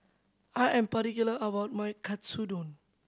I am particular about my Katsudon